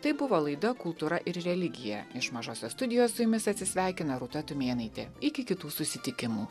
tai buvo laida kultūra ir religija iš mažosios studijos su jumis atsisveikina rūta tumėnaitė iki kitų susitikimų